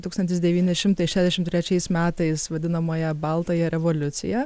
tūkstantis devyni šimtai šešdešim trečiais metais vadinamąją baltąją revoliuciją